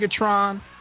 Megatron